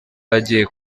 agiye